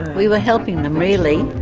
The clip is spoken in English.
we were helping them really.